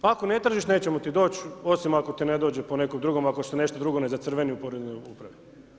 Ako ne tražiš, nećemo ti doći, osim ako te ne dođe po nekom drugom, ako se nešto drugo ne zacrveni u poreznoj upravi.